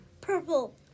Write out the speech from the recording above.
Purple